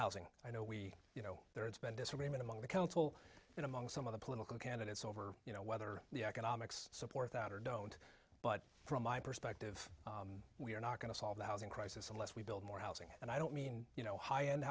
housing i know we you know there has been disagreement among the council and among some of the political candidates over you know whether the economics support that or don't but from my perspective we are not going to solve the housing crisis unless we build more housing and i don't mean you know high end